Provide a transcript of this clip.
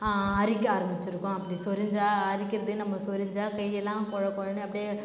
அரிக்க ஆரம்மிச்சிருக்கும் அப்படி சொரிஞ்சால் அரிக்கிறதையும் நம்ம சொறிஞ்சால் கையெல்லாம் கொழ கொழன்னு அப்படியே